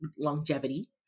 longevity